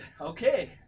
Okay